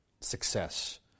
success